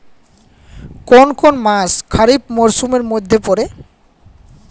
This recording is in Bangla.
কোন কোন মাস খরিফ মরসুমের মধ্যে পড়ে?